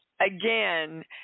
again